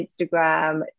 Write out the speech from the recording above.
Instagram